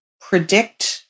predict